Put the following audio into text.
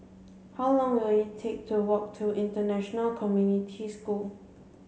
how long will it take to walk to International Community School